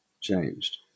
changed